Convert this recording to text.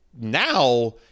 now